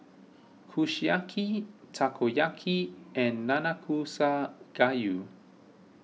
Kushiyaki Takoyaki and Nanakusa Gayu